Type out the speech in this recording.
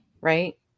right